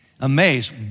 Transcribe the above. Amazed